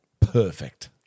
perfect